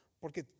porque